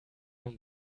vom